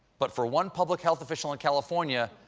but for one public health official in california,